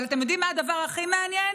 אבל אתם יודעים מה הדבר הכי מעניין?